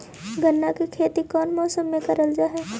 गन्ना के खेती कोउन मौसम मे करल जा हई?